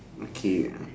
okay